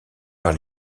par